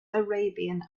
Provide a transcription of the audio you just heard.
arabian